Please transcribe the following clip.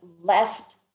left